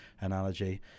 analogy